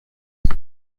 ist